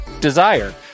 Desire